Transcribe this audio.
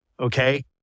Okay